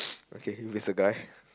okay there's a guy